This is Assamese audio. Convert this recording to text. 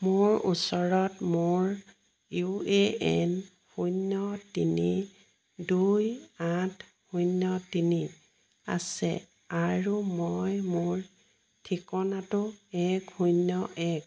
মোৰ ওচৰত মোৰ ইউ এ এন শূন্য তিনি দুই আঠ শূন্য তিনি আছে আৰু মই মোৰ ঠিকনাটো এক শূন্য এক